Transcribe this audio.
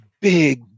big